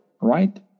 right